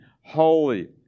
holy